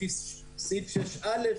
לפי סעיף 6א,